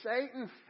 Satan